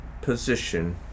position